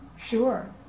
sure